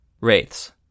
Wraiths